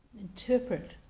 interpret